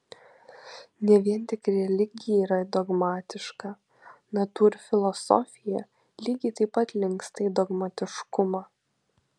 ne vien tik religija yra dogmatiška natūrfilosofija lygiai taip pat linksta į dogmatiškumą